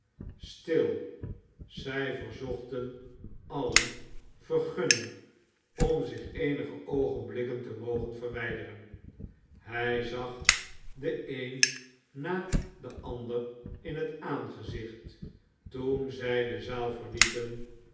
il zij verzochten allen vergunning om zich eenige oogenblikken te mogen verwijderen hij zag den een na den ander in het aangezicht toen zij de zaal verlieten